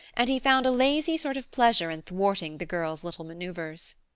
and he found a lazy sort of pleasure in thwarting the girl's little maneuvers.